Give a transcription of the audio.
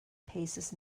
paces